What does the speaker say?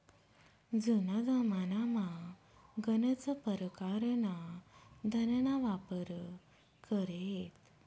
जुना जमानामा गनच परकारना धनना वापर करेत